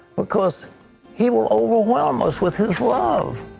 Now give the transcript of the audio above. because he will overwhelm us with his love.